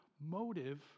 motive